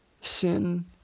sin